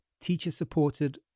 teacher-supported